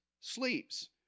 sleeps